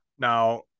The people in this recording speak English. Now